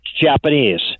Japanese